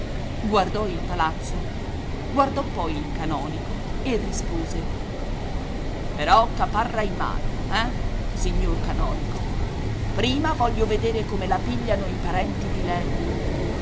guardò il palazzo guardò poi il canonico e rispose però caparra in mano eh signor canonico prima voglio vedere come la pigliano i parenti di lei